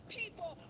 people